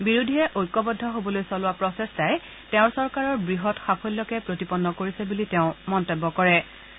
বিৰোধীয়ে ঐক্যবদ্ধ হবলৈ চলোৱা প্ৰচেষ্টাই তেওঁৰ চৰকাৰৰ বৃহৎ সাফল্যকে প্ৰতিপন্ন কৰিছে বুলি তেওঁ মন্তব্য কৰিছে